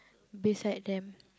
beside them